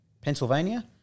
Pennsylvania